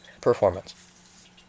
performance